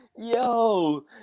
Yo